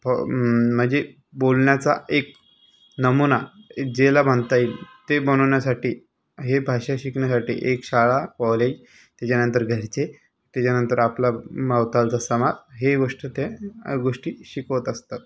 फ म्हणजे बोलण्याचा एक नमुना ज्याला म्हणता येईल ते बनवण्यासाठी ही भाषा शिकण्यासाठी एक शाळा कॉलेज त्याच्यानंतर घरचे त्याच्यानंतर आपला भवतालचा समाज हे गोष्ट ते या गोष्टी शिकवत असतात